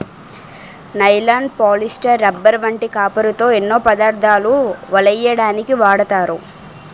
nylon, polyester, rubber వంటి కాపరుతో ఎన్నో పదార్ధాలు వలెయ్యడానికు వాడతారు